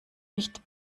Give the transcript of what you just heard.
nicht